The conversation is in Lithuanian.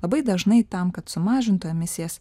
labai dažnai tam kad sumažintų emisijas